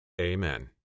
Amen